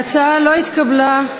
ההצעה לא התקבלה.